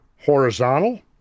horizontal